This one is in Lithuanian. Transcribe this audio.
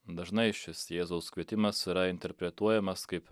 dažnai šis jėzaus kvietimas yra interpretuojamas kaip